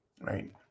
Right